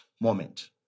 moment